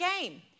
game